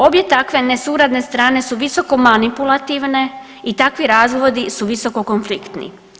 Obje takve nesuradne strane su visoko manipulativne i takvi razvodi su visoko konfliktni.